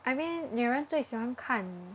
I mean 女人最喜欢看